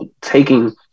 taking